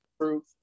proof